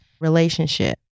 relationship